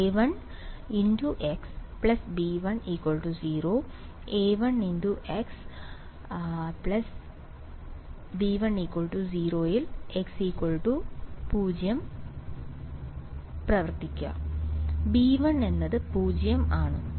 A1 × 0 B1 0 B1 എന്നത് 0 ആണ്